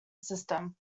system